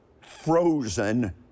frozen